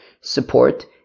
support